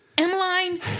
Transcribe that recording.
Emeline